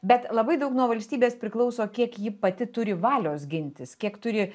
bet labai daug nuo valstybės priklauso kiek ji pati turi valios gintis kiek turi